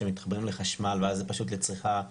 שמתחברים לחשמל ואז זה פשוט לצריכה,